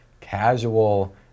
casual